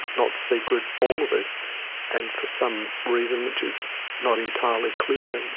not secret, all of it and for some reason which is not entirely clear,